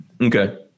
Okay